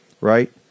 right